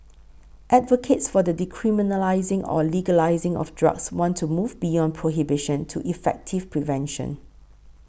advocates for the decriminalising or legalising of drugs want to move beyond prohibition to effective prevention